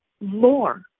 more